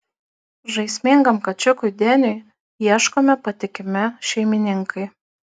žaismingam kačiukui deniui ieškomi patikimi šeimininkai